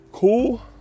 Cool